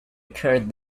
occurred